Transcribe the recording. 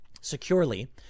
securely